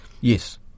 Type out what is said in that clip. Yes